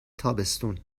تابستون